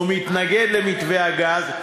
או מתנגד למתווה הגז,